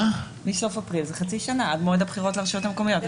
מסוף אפריל זה חצי שנה עד מועד הבחירות לרשויות המקומיות.